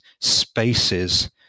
spaces